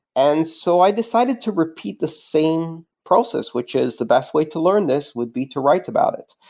and so i decided to repeat the same process, which is the best way to learn this would be to write about it.